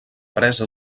presa